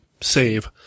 save